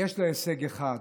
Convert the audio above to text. יש לה הישג אחד,